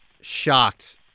shocked